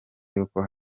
yuko